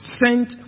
sent